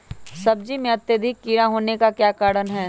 सब्जी में अत्यधिक कीड़ा होने का क्या कारण हैं?